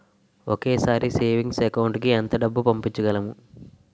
ఒకేసారి savings account కి ఎంత డబ్బు పంపించగలము?